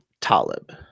Talib